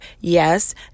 yes